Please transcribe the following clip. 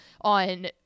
on